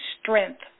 strength